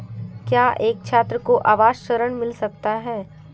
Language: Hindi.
क्या एक छात्र को आवास ऋण मिल सकता है?